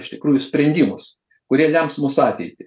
iš tikrųjų sprendimus kurie lems mūsų ateitį